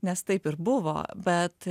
nes taip ir buvo bet